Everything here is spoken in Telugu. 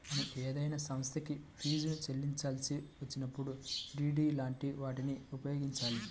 మనం ఏదైనా సంస్థకి ఫీజుని చెల్లించాల్సి వచ్చినప్పుడు డి.డి లాంటి వాటిని ఉపయోగించాలి